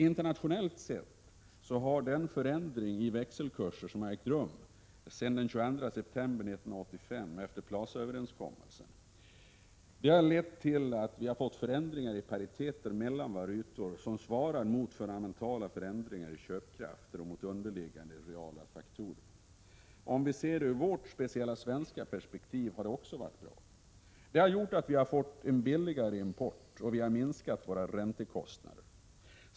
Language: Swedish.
Internationellt har den förändring av växelkurserna som har ägt rum sedan den 22 september 1985 efter Plaza-överenskommelsen lett till att vi har fått förändringar av pariteter mellan valutor, som svarat mot fundamentala förändringar i köpkrafter och underliggande reala faktorer. Sett ur speciellt svenskt perspektiv har det också varit bra. Det har förbilligat vår import och minskat våra räntekostnader.